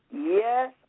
Yes